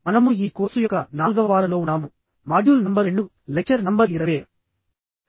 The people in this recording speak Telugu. మనము ఈ కోర్సు యొక్క నాల్గవ వారంలో ఉన్నాము మాడ్యూల్ నంబర్ 2 లెక్చర్ నంబర్ 20